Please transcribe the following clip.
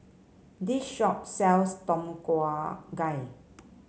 this shop sells Tom Kha Gai